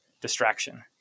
distraction